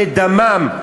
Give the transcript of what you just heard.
ואת דמם,